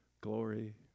Glory